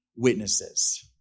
witnesses